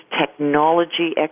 technology